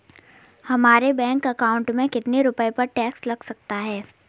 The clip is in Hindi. हमारे बैंक अकाउंट में कितने रुपये पर टैक्स लग सकता है?